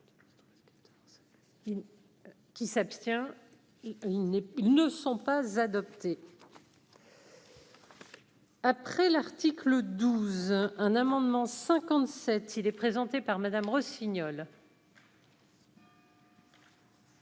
Qui s'abstient, il n'est, il ne sont pas adoptés. Après l'article 12 un amendement 57, il est présenté par Madame Rossignol.